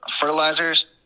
fertilizers